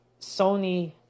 Sony